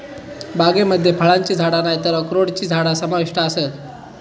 बागेमध्ये फळांची झाडा नायतर अक्रोडची झाडा समाविष्ट आसत